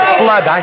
blood